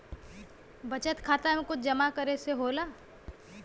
बचत खाता मे कुछ जमा करे से होला?